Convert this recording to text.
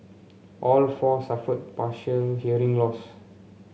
all four suffered partial hearing loss